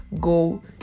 Go